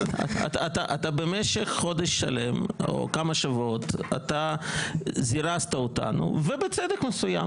אתה במשך חודש שלם או כמה שבועות אתה זירזת אותנו ובצדק מסוים,